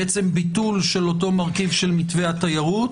בעצם ביטול של אותו מרכיב של מתווה התיירות